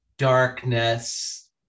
darkness